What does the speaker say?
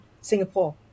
singapore